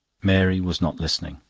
mary was not listening.